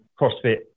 CrossFit